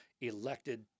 elected